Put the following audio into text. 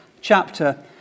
chapter